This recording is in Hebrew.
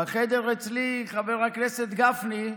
בחדר אצלי, חבר הכנסת גפני,